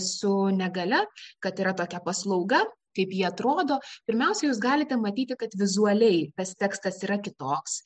su negalia kad yra tokia paslauga kaip ji atrodo pirmiausia jūs galite matyti kad vizualiai tas tekstas yra kitoks